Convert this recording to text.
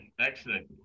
excellent